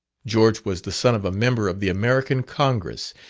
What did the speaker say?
george was the son of a member of the american congress,